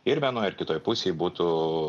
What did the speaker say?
ir vienoj ir kitoj pusėj būtų